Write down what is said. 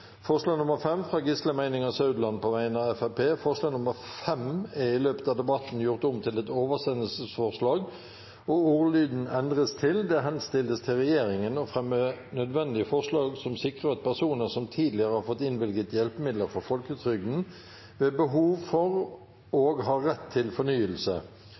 forslag nr. 5, fra Gisle Meininger Saudland på vegne av Fremskrittspartiet Forslag nr. 5 er i løpet av debatten gjort om til et oversendelsesforslag, og ordlyden endres til: «Det henstilles til Regjeringen å fremme nødvendige forslag som sikrer at personer som tidligere har fått innvilget hjelpemidler fra Folketrygden ved behov for og har rett til fornyelse,